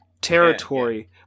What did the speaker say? territory